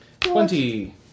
Twenty